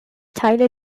teile